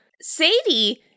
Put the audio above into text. Sadie